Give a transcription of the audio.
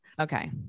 Okay